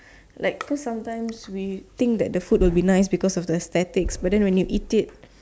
like so sometimes we think that the food will be nice because of the aesthetics but then when you eat it